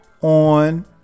on